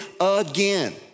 again